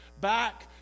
back